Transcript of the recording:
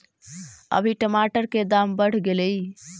अभी टमाटर के दाम बढ़ गेलइ